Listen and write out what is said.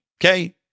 Okay